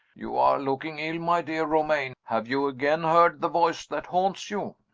you are looking ill, my dear romayne. have you again heard the voice that haunts you?